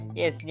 yes